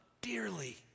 dearly